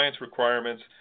requirements